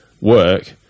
work